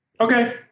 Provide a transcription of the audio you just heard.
Okay